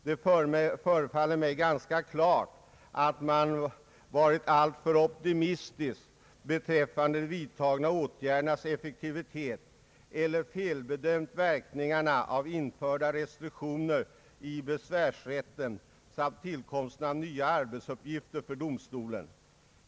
Det förefaller mig ganska klart att man varit alltför optimistisk beträffande de vidtagna åtgärdernas effektivitet eller felbedömt verkningarna av införda restriktioner i besvärsrätten samt tillkomsten av nya arbetsuppgifter för domstolen.